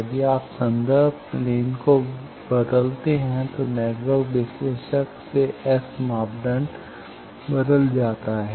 यदि आप संदर्भ प्लेन को बदलते हैं तो नेटवर्क विश्लेषक से एस मापदंड बदल जाता है